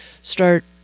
start